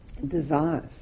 desires